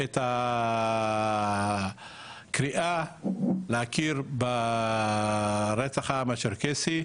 את הקריאה להכיר ברצח העם הצ'רקסי.